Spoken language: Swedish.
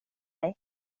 mig